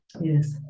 yes